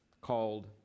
called